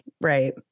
right